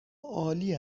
عالی